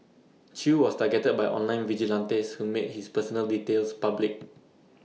chew was targeted by online vigilantes who made his personal details public